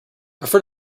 prefer